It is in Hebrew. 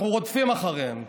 אנחנו רודפים אחריהם,